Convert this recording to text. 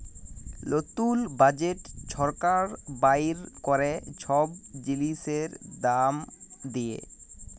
লতুল বাজেট ছরকার বাইর ক্যরে ছব জিলিসের দাম দিঁয়ে